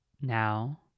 now